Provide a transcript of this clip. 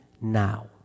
now